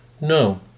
No